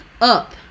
up